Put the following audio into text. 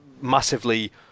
massively